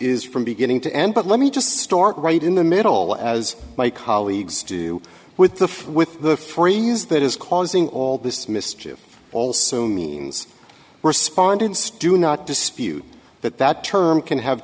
is from beginning to end but let me just start right in the middle as my colleagues do with the with the phrase that is causing all this mischief all soon means respondents do not dispute that that term can have